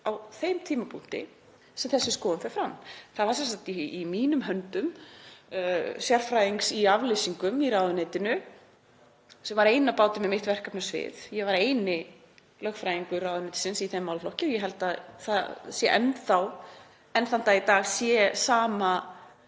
á þeim tímapunkti sem þessi skoðun fer fram. Það var sem sagt í mínum höndum, sérfræðings í afleysingum í ráðuneytinu, sem var ein á báti með mitt verkefnasvið, ég var eini lögfræðingur ráðuneytisins í þeim málaflokki, og ég held að það sé svo enn þá, að enn þann dag í dag sé sama